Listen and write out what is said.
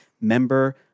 member